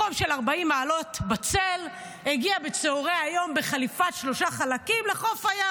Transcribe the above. בחום של 40 מעלות בצל הגיע בצוהרי היום בחליפת שלושה חלקים לחוף הים,